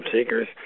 seekers